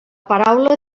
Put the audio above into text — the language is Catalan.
paraula